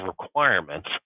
requirements